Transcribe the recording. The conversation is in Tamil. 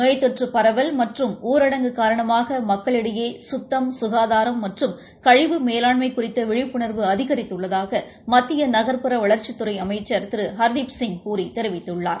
நோய் தொற்று பரவல் மற்றும் ஊரடங்கு காரணமாக மக்களிடையே கத்தம் சுகாதாரம் மற்றும் கழிவு மேலாண்மை குறித்த விழிப்புணர்வு அதிகரித்துள்ளதாக மத்திய நகர்புற வளர்ச்சித்துறை அமைச்சர் திரு ஹர்தீப் சிங் பூரி தெரிவித்துள்ளார்